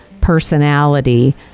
personality